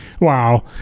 Wow